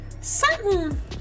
certain